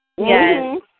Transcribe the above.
Yes